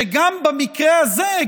שגם במקרה הזה,